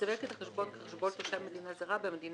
יסווג את החשבון כחשבון של תושב מדינה זרה במדינה